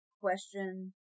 question